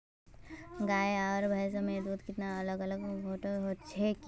गाय आर भैंस के दूध में अलग अलग फेट होचे की?